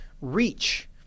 reach